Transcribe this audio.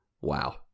Wow